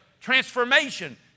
transformation